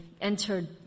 entered